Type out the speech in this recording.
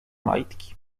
majtki